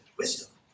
wisdom